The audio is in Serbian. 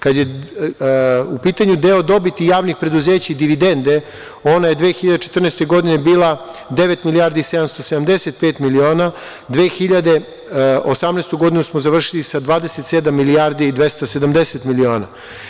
Kada je u pitanju deo dobiti javnih preduzeća i dividende ona je 2014. godine bila devet milijardi 775 miliona, 2018. godinu smo završili sa 27 milijardi i 270 miliona.